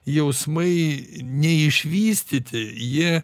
jausmai neišvystyti jie